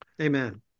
Amen